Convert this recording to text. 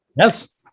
Yes